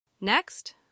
Next